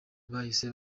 bahise